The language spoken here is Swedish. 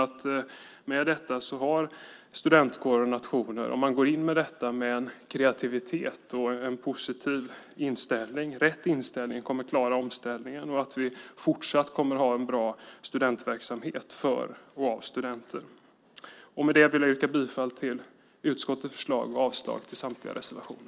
Jag är övertygad om att om studentkårer och nationer går in i detta med kreativitet, med en positiv inställning och med rätt inställning kommer de att klara omställningen. Vi kommer fortsatt att ha en bra studentverksamhet för och av studenter. Med detta vill jag yrka bifall till utskottets förslag och avslag på samtliga reservationer.